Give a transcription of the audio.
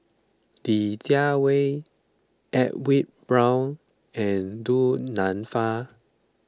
Li Jiawei Edwin Brown and Du Nanfa